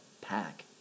pack